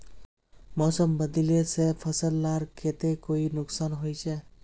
मौसम बदलिले से फसल लार केते कोई नुकसान होचए?